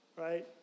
Right